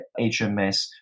HMS